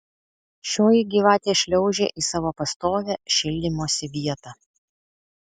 šioji gyvatė šliaužė į savo pastovią šildymosi vietą